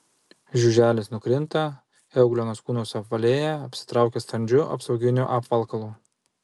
žiuželis nukrinta euglenos kūnas suapvalėja apsitraukia standžiu apsauginiu apvalkalu